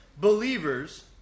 believers